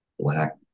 black